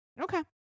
okay